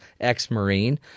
ex-Marine